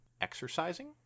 exercising